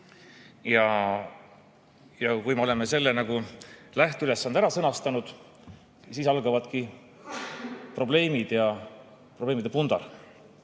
Ja kui me oleme selle lähteülesande ära sõnastanud, siis algavadki probleemid ja probleemide pundar.